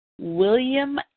William